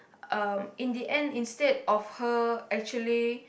um in the end instead of her actually